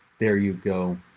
there you go.